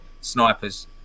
snipers